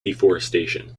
deforestation